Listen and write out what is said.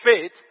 faith